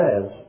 says